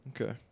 Okay